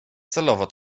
celowo